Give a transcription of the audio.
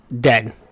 Dead